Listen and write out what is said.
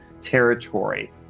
territory